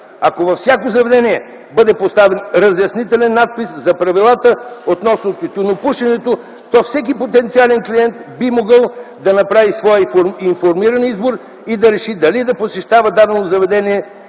Ако във всяко заведение бъде поставен разяснителен надпис за правилата относно тютюнопушенето, то всеки потенциален клиент би могъл да направи своя информиран избор и да реши дали да посещава дадено заведение